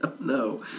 No